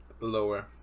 lower